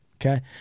Okay